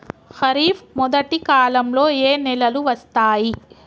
ఖరీఫ్ మొదటి కాలంలో ఏ నెలలు వస్తాయి?